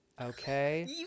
okay